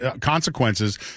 consequences